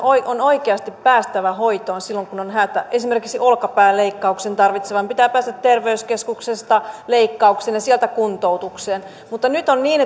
on oikeasti päästävä hoitoon silloin kun on hätä esimerkiksi olkapääleikkausta tarvitsevan pitää päästä terveyskeskuksesta leikkaukseen ja sieltä kuntoutukseen mutta nyt on niin